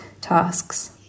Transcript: tasks